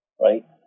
Right